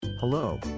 Hello